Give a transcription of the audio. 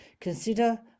Consider